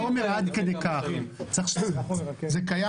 זה קיים